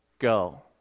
Go